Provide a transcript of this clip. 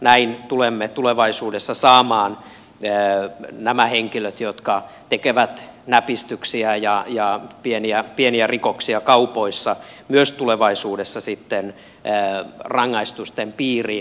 näin tulemme tulevaisuudessa saamaan nämä henkilöt jotka tekevät näpistyksiä ja pieniä rikoksia kaupoissa myös sitten rangaistusten piiriin